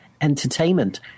Entertainment